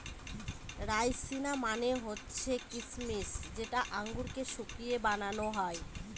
রাইসিনা মানে হচ্ছে কিসমিস যেটা আঙুরকে শুকিয়ে বানানো হয়